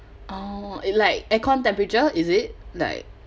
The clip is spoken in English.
oh it like aircon temperature is it like